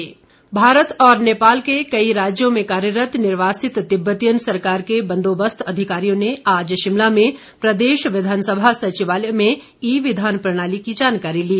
ई विघान भारत और नेपाल के कई राज्यों में कार्यरत निर्वासित तिब्बतियन सरकार के बंदोबस्त अधिकारियों ने आज शिमला में प्रदेश विधानसभा सचिवालय में ई विधान प्रणाली की जानकारी ली